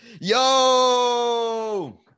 Yo